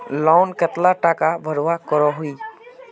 Loan कतला टाका भरवा करोही?